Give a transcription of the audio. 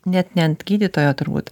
net ne ant gydytojo turbūt